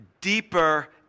deeper